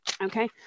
Okay